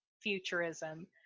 futurism